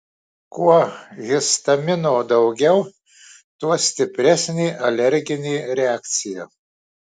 kuo histamino daugiau tuo stipresnė alerginė reakcija